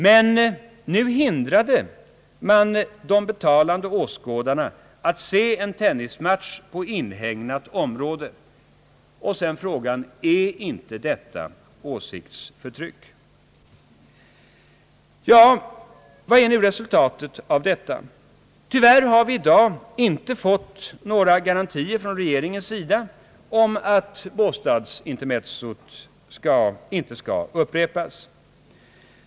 »Men nu hindrade de betalande åskådare att se en tennismatch på inhägnat område.» Sedan frågade han: »Äär icke detta åsiktsförtryck?» Vad är nu resultatet av detta? Tyvärr har vi i dag inte fått några garantier från regeringens sida om att Båstadsintermezzot inte skall upprepas.